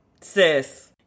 Sis